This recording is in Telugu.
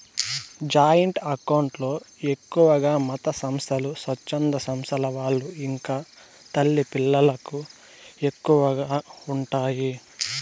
జాయింట్ అకౌంట్ లో ఎక్కువగా మతసంస్థలు, స్వచ్ఛంద సంస్థల వాళ్ళు ఇంకా తల్లి పిల్లలకు ఎక్కువగా ఉంటాయి